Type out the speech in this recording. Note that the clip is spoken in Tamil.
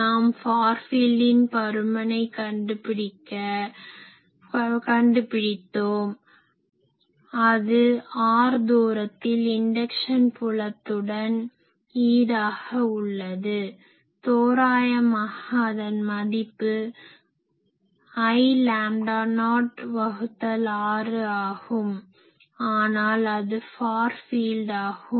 நாம் ஃபார் ஃபீல்டின் பருமையைக் கண்டு பிடித்தோம் அது r தூரத்தில் இன்டக்ஷன் புலத்துடன் ஈடாக உள்ளது தோராயமாக அதன் மதிப்பு I லாம்டா நாட்6 ஆகும் ஆனால் அது ஃபார் ஃபீல்டாகும்